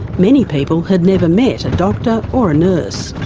many people had never met a doctor or a nurse.